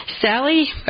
Sally